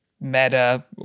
Meta